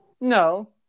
No